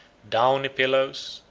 downy pillows,